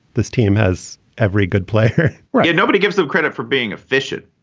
this team has every good player yeah nobody gives them credit for being efficient.